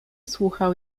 słuchał